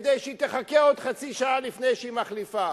כדי שהיא תחכה עוד חצי שעה לפני שהיא מחליפה.